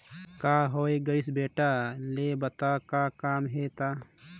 का होये गइस बेटा लेना बता का काम हे त